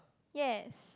yes